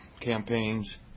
campaigns